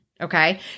okay